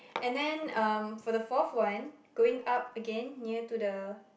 and then um for the fourth one going up again near to the